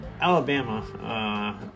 Alabama